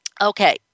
Okay